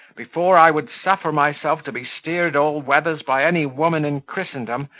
before i would suffer myself to be steered all weathers by any woman in christendom,